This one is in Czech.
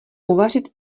uvařit